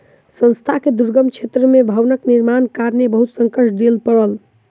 संस्थान के दुर्गम क्षेत्र में भवन निर्माणक कारणेँ बहुत संकट देखअ पड़ल